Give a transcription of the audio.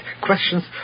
questions